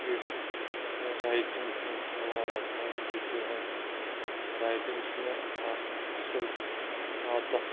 کٔرِتھ رایٹِنٛگ کُن واریاہ تَوَجوٗع دِوان رایٹِنٛگ چھِ مے اَکھ اصٕل عادت